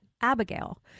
Abigail